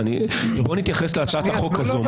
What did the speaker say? בואו נתייחס להצעת החוק הזאת.